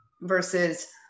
versus